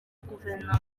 guverinoma